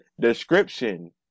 description